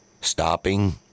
Stopping